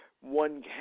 one